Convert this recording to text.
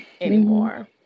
anymore